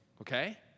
Okay